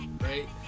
right